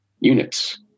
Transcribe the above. units